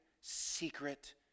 secret